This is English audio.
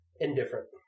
indifferent